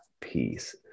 peace